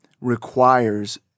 requires